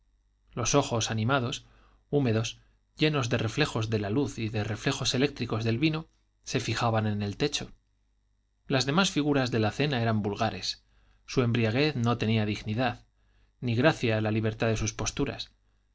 los ojos animados húmedos llenos de reflejos de la luz y de reflejos eléctricos del vino se fijaban en el techo las demás figuras de la cena eran vulgares su embriaguez no tenía dignidad ni gracia la libertad de sus posturas